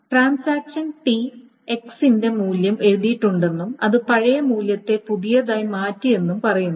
transaction T x ന്റെ മൂല്യം എഴുതിയിട്ടുണ്ടെന്നും അത് പഴയ മൂല്യത്തെ പുതിയതായി മാറ്റിയെന്നും പറയുന്നു